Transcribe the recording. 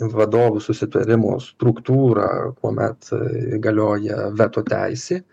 vadovų susitarimo struktūrą kuomet galioja veto teisė